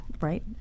right